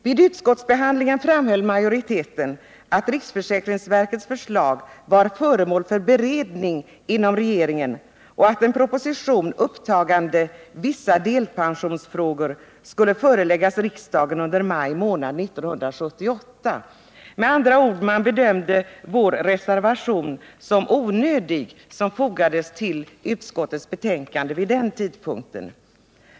Vid utskottsbehandlingen framhöll majoriteten att riksförsäkringsverkets förslag var föremål för beredning inom regeringen och att en proposition upptagande vissa delpensionsfrågor skulle föreläggas riksdagen under maj månad 1978. Med andra ord bedömdes den reservation vi fogat till utskottets betänkande som onödig vid den tidpunkten.